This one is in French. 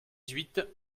huit